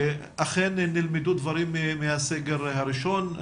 אכן נלמדו דברים מהסגר הראשון.